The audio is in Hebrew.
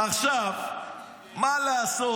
מה לעשות.